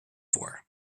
for